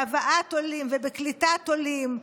בהבאת עולים ובקליטת עולים.